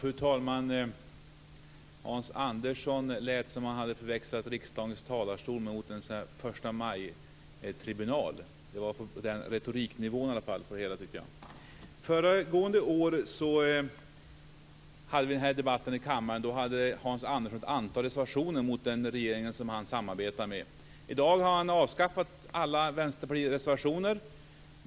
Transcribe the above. Fru talman! Hans Andersson lät som om han hade förväxlat riksdagens talarstol med en förstamajtribun. Det var i alla fall den retoriknivån på det hela. Föregående år hade vi den här debatten i kammaren. Då hade Hans Andersson ett antal reservationer mot den regering som han samarbetar med. I dag har han avskaffat alla vänsterpartireservationer.